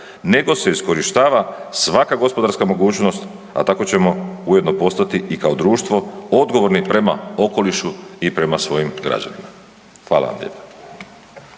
nego se iskorištava svaka gospodarska mogućnost, a tako ćemo ujedno postati i kao društvo odgovorni prema okolišu i prema svojim građanima. Hvala vam lijepa.